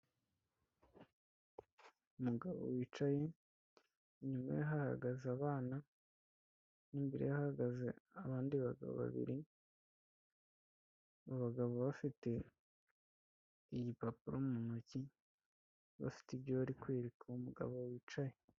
Umugabo wicaye inyuma ye hagaze abana, n'imbere hahagaze abandi bagabo babiri, abo bagabo bafite igipapuro mu ntoki, bafite ibyo bari kwereka uwo mugabo wicaye.